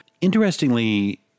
Interestingly